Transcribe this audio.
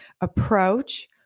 approach